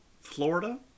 Florida